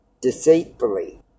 deceitfully